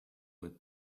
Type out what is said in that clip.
with